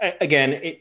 again